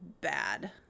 bad